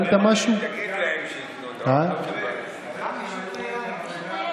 אני אומר: כמה מסננים וכמה